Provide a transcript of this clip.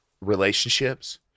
relationships